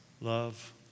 love